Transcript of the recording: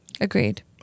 Agreed